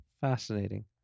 fascinating